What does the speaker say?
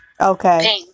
Okay